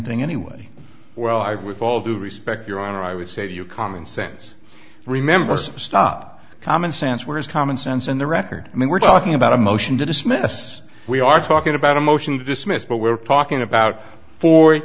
thing anyway well i with all due respect your honor i would say to you common sense remember stop common sense where is common sense in the record i mean we're talking about a motion to dismiss we are talking about a motion to dismiss but we're talking about fo